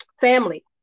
family